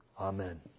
Amen